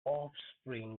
offspring